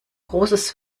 großes